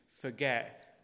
forget